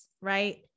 right